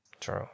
True